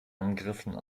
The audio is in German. angriffen